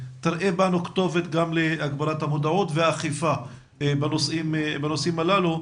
תראה בנו כתובת גם להגברת המודעות והאכיפה בנושאים הללו.